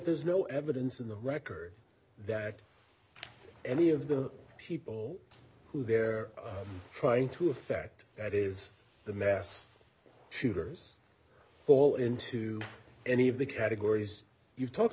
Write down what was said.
there's no evidence in the record that any of the people who they're trying to affect that is the mass shooters fall into any of the categories you talked